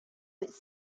with